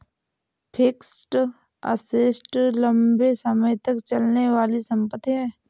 fixed assets लंबे समय तक चलने वाली संपत्ति है